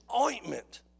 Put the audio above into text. ointment